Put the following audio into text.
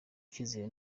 icyizere